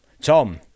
Tom